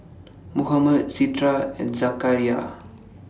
Muhammad Citra and Zakaria